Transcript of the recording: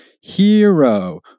Hero